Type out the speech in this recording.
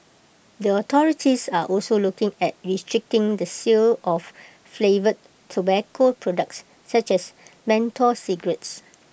the authorities are also looking at restricting the sale of flavoured tobacco products such as menthol cigarettes